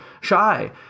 shy